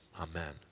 Amen